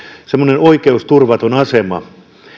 viljelijällä on oikeusturvaton asema